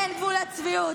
אין גבול לצביעות.